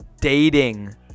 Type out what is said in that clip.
dating